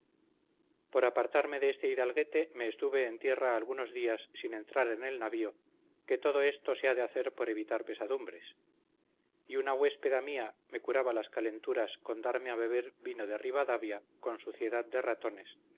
por apartarme de este hidalguete me estuve en tierra algunos días sin entrar en el navío que todo esto se ha de hacer por evitar pesadumbres y una huéspeda mía me curaba las calenturas con darme a beber vino de rivadavia con suciedad de ratones